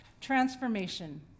Transformation